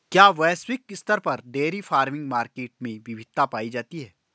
क्या वैश्विक स्तर पर डेयरी फार्मिंग मार्केट में विविधता पाई जाती है?